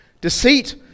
deceit